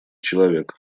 человек